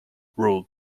ruled